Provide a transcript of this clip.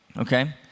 okay